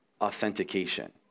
authentication